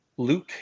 Luke